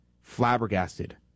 flabbergasted